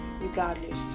regardless